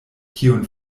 kiun